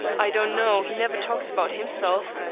i don't know he never talks about himself.